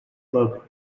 logo